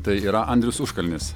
tai yra andrius užkalnis